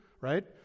right